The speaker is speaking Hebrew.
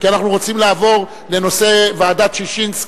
כי אנחנו רוצים לעבור לנושא ועדת-ששינסקי,